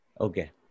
Okay